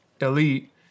Elite